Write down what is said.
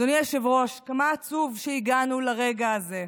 אדוני היושב-ראש, כמה עצוב שהגענו לרגע הזה.